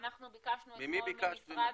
אנחנו ביקשנו אתמול מהמשרד --- ממי ביקשת ומתי?